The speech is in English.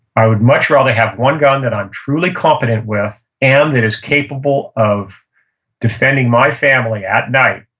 i would much rather have one gun that i'm truly competent with and that is capable of defending my family at night,